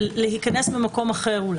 ולהיכנס במקום אחר?